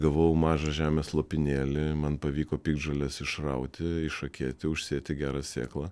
gavau mažą žemės lopinėlį man pavyko piktžoles išrauti išakėti užsėti gerą sėklą